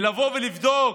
ולבוא ולבדוק,